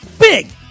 Big